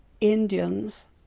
Indians